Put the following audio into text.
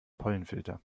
pollenfilter